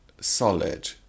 solid